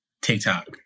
TikTok